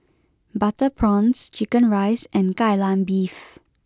Butter Prawns Chicken Rice and Kai Lan Beef